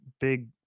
big